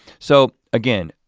so again,